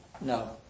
No